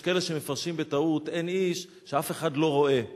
יש כאלה שמפרשים בטעות "אין איש" שאף אחד לא רואה.